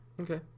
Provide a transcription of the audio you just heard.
Okay